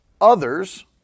others